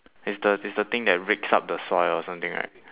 is the is the thing rakes up the soil or something right